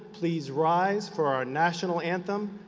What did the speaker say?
please rise for our national anthem,